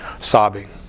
sobbing